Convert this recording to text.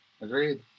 Agreed